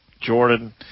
Jordan